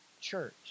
church